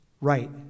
right